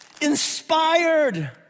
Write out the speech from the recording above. inspired